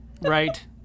Right